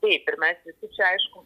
taip ir mes visi čia aišku